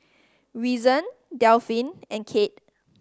Reason Delphin and Kade